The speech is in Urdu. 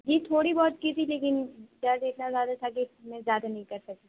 جی تھوڑی بہت کی تھی لیکن کیا دیکھا زیادہ تھا کہ میں زیادہ نہیں کر سکتی